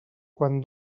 quan